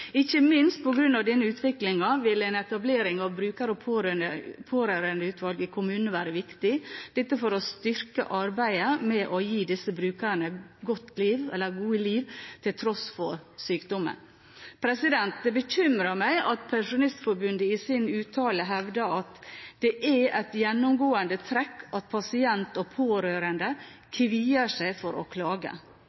Ikke minst på grunn av denne utviklingen, vil en etablering av bruker- og pårørendeutvalg i kommunene være viktig for å styrke arbeidet med å gi disse brukerne gode liv til tross for sykdom. Det bekymrer meg at Pensjonistforbundet i sin uttale hevder at det er et gjennomgående trekk at pasient og pårørende kvier seg for å klage – at det er høy terskel for pårørende